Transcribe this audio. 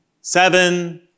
Seven